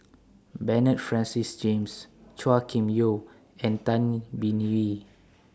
Bernard Francis James Chua Kim Yeow and Tay Bin Wee